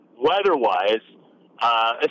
weather-wise